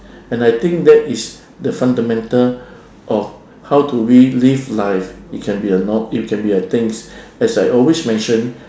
and I think that is the fundamental of how to relive life it can be a not it can be a thing as I always mention